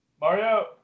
Mario